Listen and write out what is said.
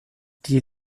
die